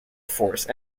force